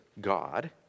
God